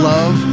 Love